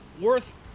worth